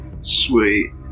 Sweet